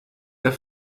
der